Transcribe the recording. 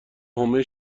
حومه